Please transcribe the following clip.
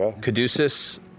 Caduceus